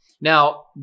now